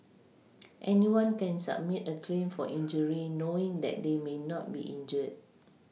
anyone can submit a claim for injury knowing that they may not be injured